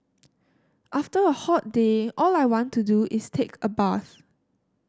after a hot day all I want to do is take a bath